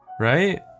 Right